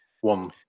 One